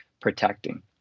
protecting